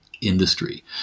industry